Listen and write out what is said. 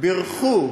בירכו